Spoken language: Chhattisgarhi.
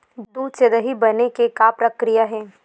दूध से दही बने के का प्रक्रिया हे?